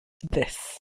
this